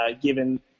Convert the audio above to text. given